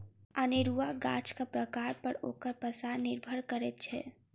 अनेरूआ गाछक प्रकार पर ओकर पसार निर्भर करैत छै